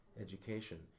education